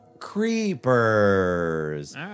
Creepers